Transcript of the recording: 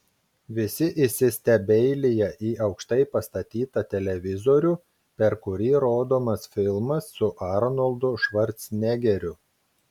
visi įsistebeilija į aukštai pastatytą televizorių per kurį rodomas filmas su arnoldu švarcnegeriu